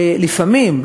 לפעמים,